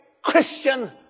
Christian